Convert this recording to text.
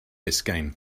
biscayne